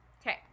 Okay